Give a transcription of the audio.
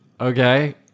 Okay